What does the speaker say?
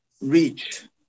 reach